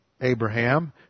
Abraham